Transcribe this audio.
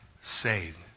saved